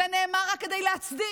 זה נאמר רק כדי להצדיק